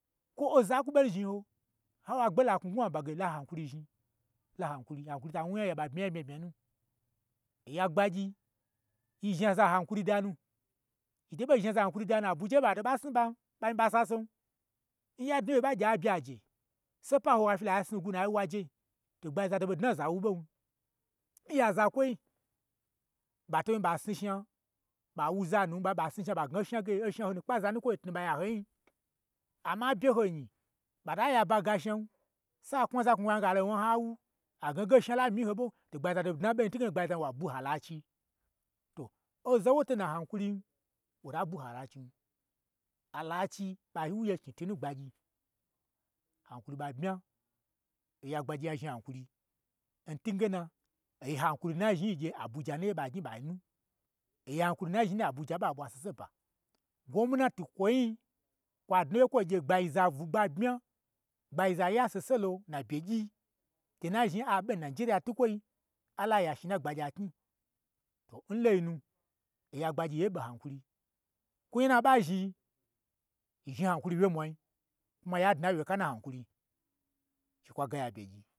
Kwo oza kwu ɓo zhni ho, n ha gye agbe la knwu ngnwu aba ge la hankuri zhni, la hankuri zhni, la hankuri zhni, hakuri ta wnu nya yan, ɓa bmya nya bmya bmyanu, oya gbagyi yi zhni aza hankuri danu, yi tobo zhni aza hankuri danu, yi toɓo zhni aza hankuri da nu abwa ye n ɓanyi ato ɓo ɓa snu ɓa, ɓa myi ɓa sasen, n ya bmya wye yi ɓa gye a bye aje, sopa ha wo afyi lo asnugwu, nu waje, to gbagyiza to ɓe dna n zawo ɓon. Mya zakwoi ɓaton ɓa sni shnan ɓa wuza nu ɓan ɓa snu shna ɓa gna oshna ge, oshna ho nu kpe aza nukwoi ye, tnu ɓa yan ho nyi. Amma abye ho nyi, ɓa ta ya ba ga jen, sai aknwu a za knwu knwu ya nu, a wna ho awu, a gna n haiye ge o shna la myin hoɓo to gbagyi zato dna n ɓo yin, n twuge gbagyi za wa bwu allachi sa. To oza n woton hankurii wota bwu allachin, allachi ɓa wun gye knyi twu nun gbagyi hankuri ɓa bmya, oya gbagyi, ya zhni hankuri, n twugena, oyi hankwi nuna zhni ho gye abuja naye ɓa gnyi ɓa nyin, oya hankuri nu na zhni n nayen abuja a ɓwa sese ba, gwomnati n kwonyi kwa dna wye kwo gye gbagyi za bwugba bmya, gbagyi za ya sese lon na byegyiy, che nazhni aɓe n nijiriya tukwoyi ala ya shi n na gbagyi knyi, ton lainu, oya gbagyi ye ɓe hankuri, kwo n na ɓa zhni, yi zhna hankuri n yemwa yi, kwuma ya dna n wye ka nna hankuri